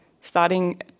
starting